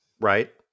Right